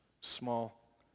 small